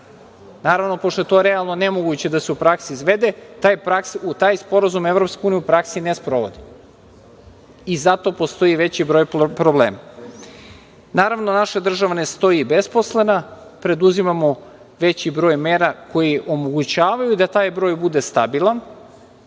Naravno, pošto je to realno nemoguće da se u praksi izvede, taj sporazum je u praksi ne sprovodljiv. Zato postoji veći broj problema. Naravno, naša država ne stoji besposlena, preduzimamo veći broj mera koje omogućavaju da taj broj bude stabilan,